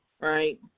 right